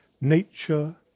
nature